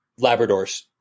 Labradors